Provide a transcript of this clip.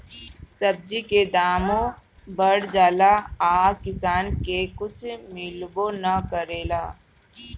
सब्जी के दामो बढ़ जाला आ किसान के कुछ मिलबो ना करेला